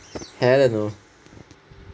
hell no